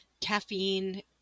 Caffeine